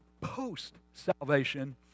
post-salvation